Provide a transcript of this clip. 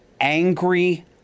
angry